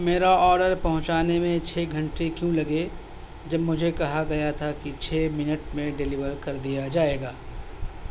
میرا آرڈر پہنچانے میں چھ گھنٹے کیوں لگے جب مجھے کہا گیا تھا کہ چھ منٹ میں ڈیلیور کر دیا جائے گا